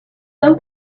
some